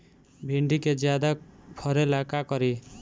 भिंडी के ज्यादा फरेला का करी?